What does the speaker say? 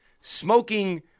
smoking